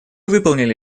выполнили